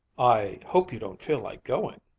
i hope you don't feel like going.